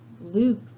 Luke